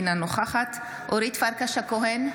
אינה נוכחת אורית פרקש הכהן,